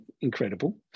incredible